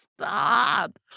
stop